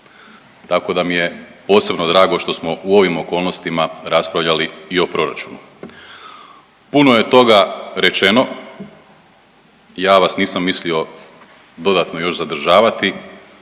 Tako da mi je posebno drago što smo u ovim okolnostima raspravljali i o proračunu. Puno je toga rečeno. Ja vas nisam mislio dodatno još zadržavati,